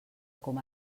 com